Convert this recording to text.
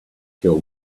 kill